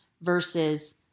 versus